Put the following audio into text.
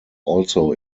also